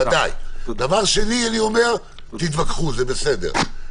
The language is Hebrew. דבר שני, תתווכחו, זה בסדר.